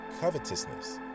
covetousness